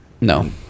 No